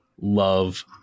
love